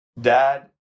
Dad